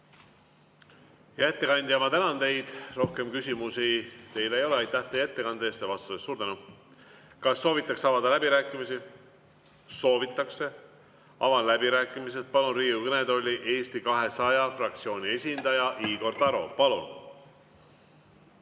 ettekandja, ma tänan teid. Rohkem küsimusi teile ei ole. Aitäh ettekande ja vastuste eest! Suur tänu! Kas soovitakse avada läbirääkimisi? Soovitakse. Avan läbirääkimised. Palun Riigikogu kõnetooli Eesti 200 fraktsiooni esindaja Igor Taro. Palun!